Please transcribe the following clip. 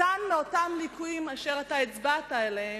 קטן מאותם ליקויים אשר אתה הצבעת עליהם,